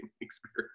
experience